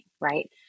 right